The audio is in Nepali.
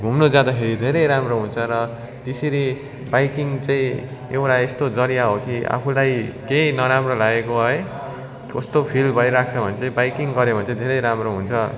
घुम्नु जाँदाखेरि धेरै राम्रो हुन्छ र त्यसरी बाइकिङ चाहिँ एउटा यस्तो जरिया हो कि आफूलाई केही नराम्रो लागेको है कस्तो फिल भइरहेको भने चाहिँ बाइकिङ गऱ्यो भने चाहिँ धेरै राम्रो हुन्छ